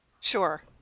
Sure